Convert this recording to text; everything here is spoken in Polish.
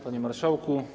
Panie Marszałku!